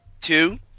two